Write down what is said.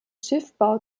schiffbau